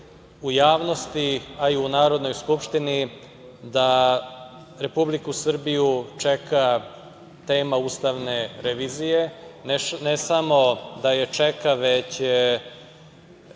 u javnosti, a i u Narodnoj skupštini da Republiku Srbiju čeka tema ustavne revizije, ne samo da je čeka, već